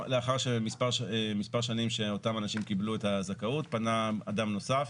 מספר שנים שאותם אנשים קיבלו את הזכאות פנה אדם נוסף